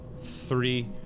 three